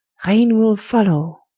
raine will follow.